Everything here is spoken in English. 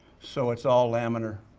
so, it's all laminar.